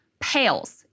pales